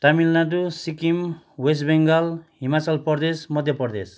Tamil Nadu Sikkim West Bengal Himachal Pradesh Madhya Pradesh